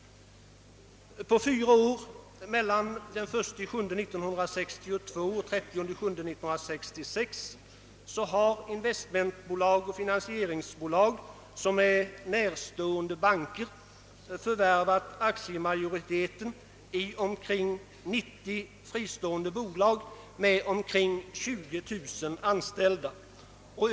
På fyra år — under tiden 1 juli 1962—30 juni 1966 — har investmentoch finansieringsbolag, som står bankerna nära, förvärvat aktiemajoriteten i omkring 90 fristående bolag med omkring 20 000 anställda.